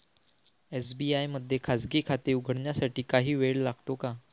SBI मध्ये खाजगी खाते उघडण्यासाठी काही वेळ लागतो का?